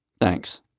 Thanks